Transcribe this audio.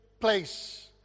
place